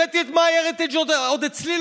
הבאתי את MyHeritage, עוד אצלי.